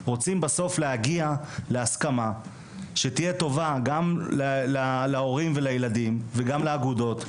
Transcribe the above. רוצים בסוף להגיע להסכמה שתהיה טובה גם להורים ולילדים וגם לאגודות,